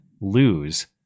lose